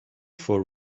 for